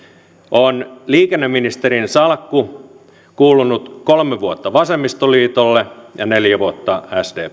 on liikenneministerin salkku kuulunut kolme vuotta vasemmistoliitolle ja neljä vuotta sdplle